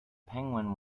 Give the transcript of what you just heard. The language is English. penguin